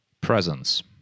presence